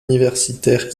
universitaire